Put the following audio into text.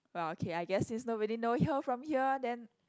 well okay I guess since nobody know here from here then